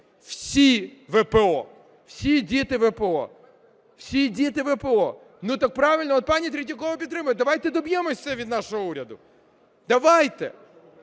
всі ВПО. Всі діти ВПО. Всі діти ВПО. Ну так правильно, пані Третьякова підтримує, давайте доб'ємося це від нашого уряду, давайте.